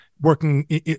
working